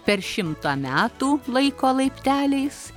per šimtą metų laiko laipteliais